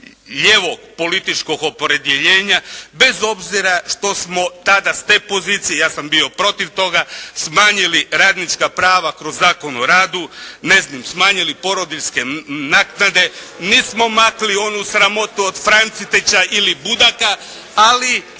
lijevog političkog opredjeljenja bez obzira što smo tada, s te pozicije, ja sam bio protiv toga, smanjili radnička prava kroz Zakon o radu, ne znam, smanjili porodiljske naknade. Nismo makli onu sramotu od Francitića ili Budaka, ali